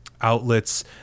outlets